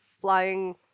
flying